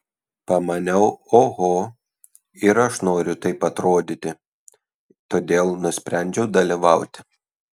pamaniau oho ir aš noriu taip atrodyti todėl nusprendžiau dalyvauti